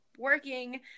working